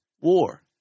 War